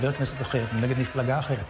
על סדר-היום, שאילתות דחופות.